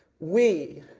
we,